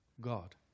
God